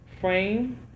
frame